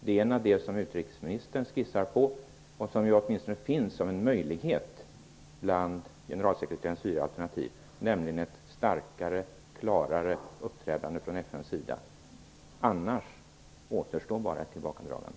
Det ena är det som utrikesministern skissar på och som åtminstone finns som en möjlighet bland generalsekreterarens fyra alternativ, nämligen ett starkare och klarare uppträdande från FN:s sida. Annars återstår bara ett tillbakadragande.